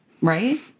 Right